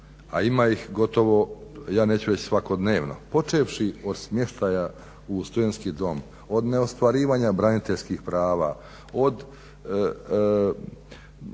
a ima ih gotovo ja neću reći svakodnevno, počevši od smještaja u studentski dom, od neostvarivanja braniteljskih prava, ne